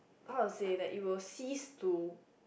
how to say that it will see to